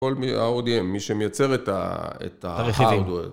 כל מי שמייצר את הרכיבים hardware